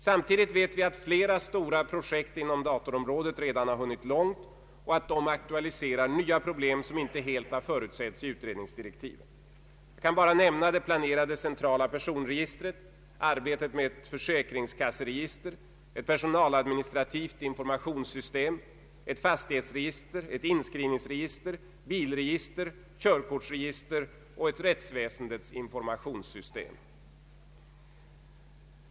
Samtidigt vet vi att flera stora projekt inom datorområdet redan har hunnit långt och att dessa aktualiserar nya problem som inte helt förutsetts i utredningsdirektiven. Jag kan bara nämna det planerade centrala personregistret, arbetet på ett försäkringskasseregister, ett personaladministrativt informationssystem, ett fastighetsregister, ett inskrivningsregister, ett bilregister, ett körkortsregister och ett rättsväsendets informationssystem.